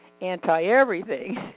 anti-everything